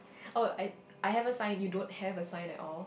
oh I I have a sign you don't have a sign at all